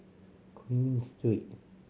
Queen Street